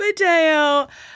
Mateo